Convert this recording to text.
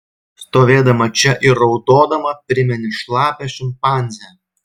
stovėdama čia ir raudodama primeni šlapią šimpanzę